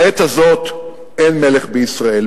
בעת הזאת אין מלך בישראל.